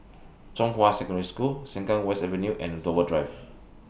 Zhonghua Secondary School Sengkang West Avenue and Dover Drive